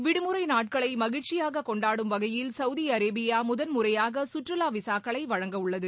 விடுமுறை நாட்களை மகிழ்ச்சியாக கொண்டாடும் வகையில் சவுதி அரேபியா முதன் முறையாக சுற்றலா விசாக்களை வழங்க உள்ளது